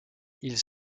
ils